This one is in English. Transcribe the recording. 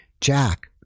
Jack